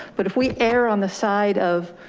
but if we err on the side of.